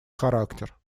характер